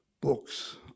books